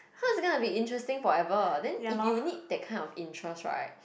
how it's gonna be interesting forever then if you need that kind of interest right